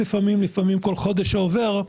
לפעמים-לפעמים כל חודש שעובר,